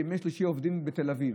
בימי שלישי עובדים בתל אביב.